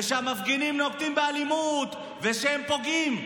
שהמפגינים נוקטים אלימות ושהם פוגעים,